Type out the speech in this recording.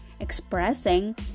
expressing